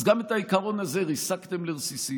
אז גם את העיקרון הזה ריסקתם לרסיסים.